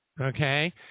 Okay